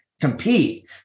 compete